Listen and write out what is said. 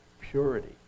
purity